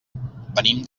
venim